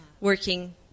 working